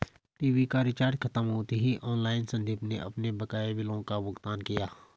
TV का recharge खत्म होते ही ऑनलाइन संदीप ने अपने बकाया बिलों का भुगतान किया